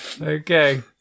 Okay